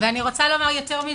ואני רוצה לומר יותר מזה: